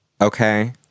Okay